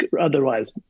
otherwise